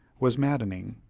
was maddening.